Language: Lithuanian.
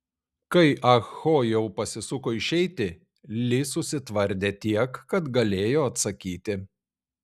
kai ah ho jau pasisuko išeiti li susitvardė tiek kad galėjo atsakyti